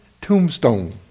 tombstone